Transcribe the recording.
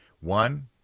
one